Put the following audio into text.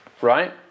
Right